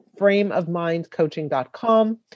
frameofmindcoaching.com